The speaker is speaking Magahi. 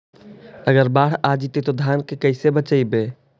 अगर बाढ़ आ जितै तो धान के कैसे बचइबै?